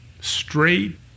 Straight